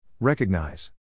Recognize